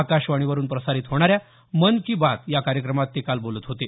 आकाशवाणीवरुन प्रसारित होणाऱ्या मन की बात या कार्यक्रमात ते काल बोलत होते